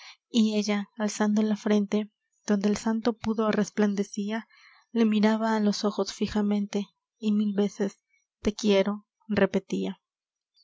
y ella alzando la frente donde el santo pudor resplandecia le miraba á los ojos fijamente y mil veces te quiero repetia